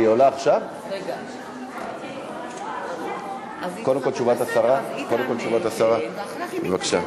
קודם כול, תשובת השרה, בבקשה.